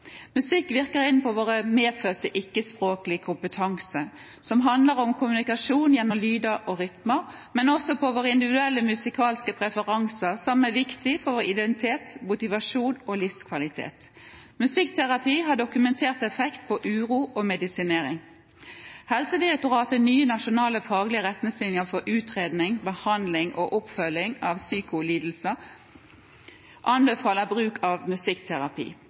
Musikk virker inn på vår medfødte ikke-språklige kompetanse som handler om kommunikasjon gjennom lyder og rytmer, men også på våre individuelle musikalske preferanser, som er viktig for vår identitet, motivasjon og livskvalitet. Musikkterapi har dokumentert effekt på uro og medisinering. Helsedirektoratets nye nasjonale faglige retningslinje for utredning, behandling og oppfølging av psykoselidelser anbefaler bruk av musikkterapi.